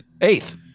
Eighth